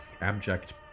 abject